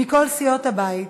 מכל סיעות הבית,